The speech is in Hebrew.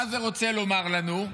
מה זה רוצה לומר לנו?